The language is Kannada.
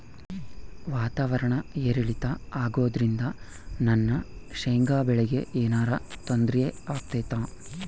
ವಾತಾವರಣ ಏರಿಳಿತ ಅಗೋದ್ರಿಂದ ನನ್ನ ಶೇಂಗಾ ಬೆಳೆಗೆ ಏನರ ತೊಂದ್ರೆ ಆಗ್ತೈತಾ?